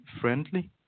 friendly